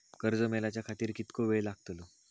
कर्ज मेलाच्या खातिर कीतको वेळ लागतलो?